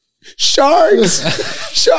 sharks